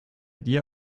dir